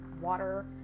water